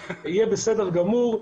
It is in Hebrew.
יהיה בסדר גמור,